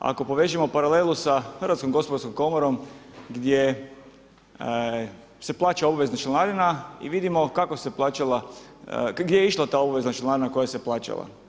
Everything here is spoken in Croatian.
Ako povežemo paralelu sa HGK-om gdje se plaća obavezna članarina i vidimo gdje je išla ta obavezna članarina koja se plaćala.